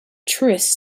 truest